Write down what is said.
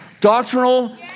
doctrinal